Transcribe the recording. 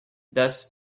thus